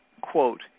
quote